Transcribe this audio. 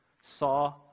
saw